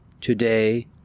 today